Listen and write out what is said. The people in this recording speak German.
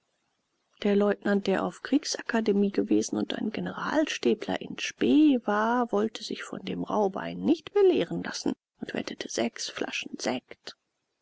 der leutnant der auf kriegsakademie gewesen und ein generalstäbler in spe war wollte sich von dem rauhbein nicht belehren lassen und wettete sechs flaschen sekt